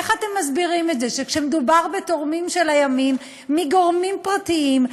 איך אתם מסבירים את זה שכשמדובר בתורמים של הימין מגורמים פרטיים,